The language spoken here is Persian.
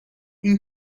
این